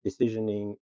decisioning